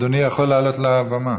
אדוני יכול לעלות לבמה.